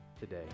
today